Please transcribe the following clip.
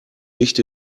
nicht